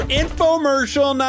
infomercial